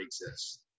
exists